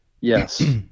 Yes